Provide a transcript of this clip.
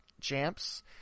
Champs